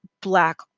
Black